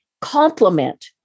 complement